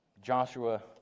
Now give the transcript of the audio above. Joshua